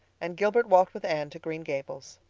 and gilbert walked with anne to green gables.